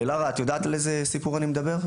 לארה, את יודעת על איזה סיפור אני מדבר?